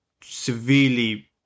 severely